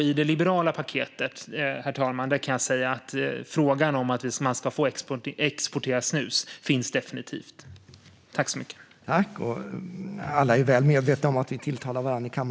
I det liberala paketet kan jag säga att frågan om export av snus definitivt finns med.